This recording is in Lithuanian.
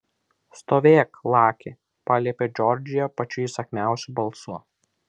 stovėk laki paliepė džordžija pačiu įsakmiausiu balsu